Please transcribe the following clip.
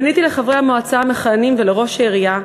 פניתי לחברי המועצה המכהנים ולראש העירייה,